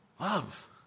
Love